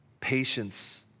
patience